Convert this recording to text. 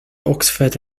oxford